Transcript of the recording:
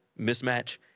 mismatch